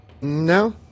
No